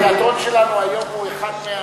התיאטרון שלנו היום הוא אחד,